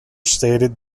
stated